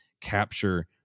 capture